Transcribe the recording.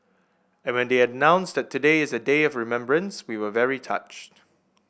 and when they announced that today is a day of remembrance we were very touched